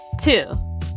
Two